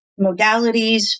modalities